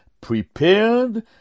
prepared